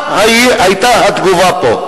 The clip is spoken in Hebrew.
מה היתה התגובה פה?